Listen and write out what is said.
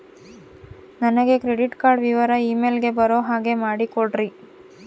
ನನಗೆ credit card ವಿವರ email ಗೆ ಬರೋ ಹಾಗೆ ಮಾಡಿಕೊಡ್ರಿ?